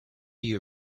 you